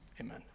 amen